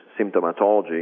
symptomatology